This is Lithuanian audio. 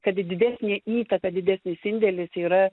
kad didesnė įtaka didesnis indėlis yra